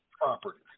property